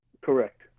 Correct